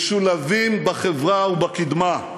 משולבים בחברה ובקדמה.